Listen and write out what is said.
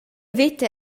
veta